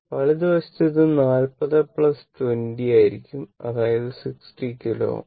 വലതുവശത്ത് ഇത് 40 20 ആയിരിക്കും അതായത് 60 കിലോ Ω